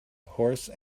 horse